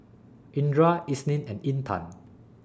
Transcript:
Indra Isnin and Intan